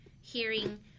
hearing